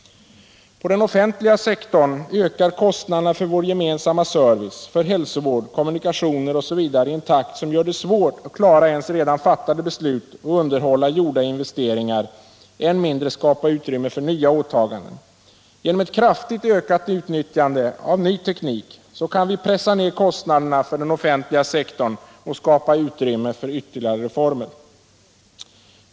På de offentliga sektorerna ökar kostnaderna för vår gemensamma service, för hälsovård, kommunikationer osv. i en takt som gör det svårt att klara ens redan fattade beslut och underhålla gjorda investeringar, än mindre skapa utrymme för nya åtaganden. Genom ett kraftigt ökat utnyttjande av ny teknik kan vi pressa ned kostnaderna för den offentliga sektorn och skapa utrymme för ytterligare reformer.